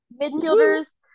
Midfielders